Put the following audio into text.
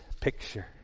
picture